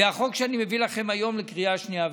זה החוק שאני מביא לכם היום לקריאה שנייה ושלישית.